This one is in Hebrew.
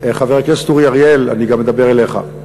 חבר הכנסת אורי אריאל, אני גם מדבר אליך,